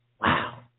Wow